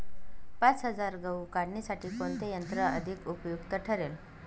पाच एकर गहू काढणीसाठी कोणते यंत्र अधिक उपयुक्त ठरेल?